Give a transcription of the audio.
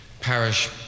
parish